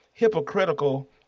hypocritical